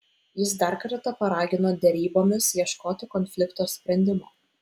jis dar kartą paragino derybomis ieškoti konflikto sprendimo